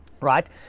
right